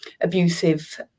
abusive